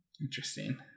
Interesting